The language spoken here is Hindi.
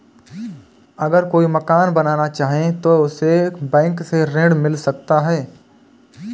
अगर कोई मकान बनाना चाहे तो उसे बैंक से ऋण मिल सकता है?